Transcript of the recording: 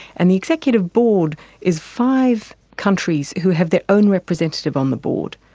and the executive board is five countries who had their own representative on the board,